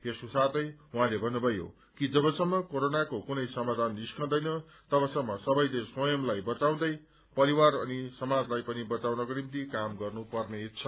यसको साथै उहाँले भन्नुषयो कि जबसम्म कोरोनाको कुनै समाधान निस्कन्दैन तवसम्म सबैले स्वयंलाई बचाउँदै परिवार अनि समाजलाई पनि बचाउनको निम्ति काम गर्नुपर्नेछ